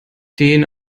den